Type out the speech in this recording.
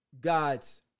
God's